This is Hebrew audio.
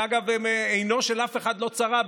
שאגב עינו של אף אחד לא צרה בהם,